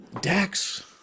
Dax